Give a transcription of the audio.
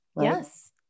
Yes